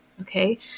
okay